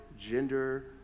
gender